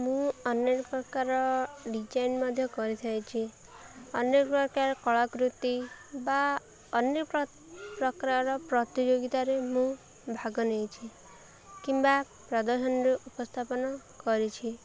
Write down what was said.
ମୁଁ ଅନେକ ପ୍ରକାର ଡିଜାଇନ୍ ମଧ୍ୟ କରିଥାାଇଛି ଅନେକ ପ୍ରକାର କଳାକୃତି ବା ଅନେକ ପ୍ରକାର ପ୍ରତିଯୋଗିତାରେ ମୁଁ ଭାଗ ନେଇଛି କିମ୍ବା ପ୍ରଦର୍ଶନୀରୁ ଉପସ୍ଥାପନ କରିଛି